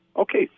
Okay